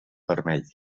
vermell